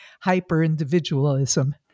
hyper-individualism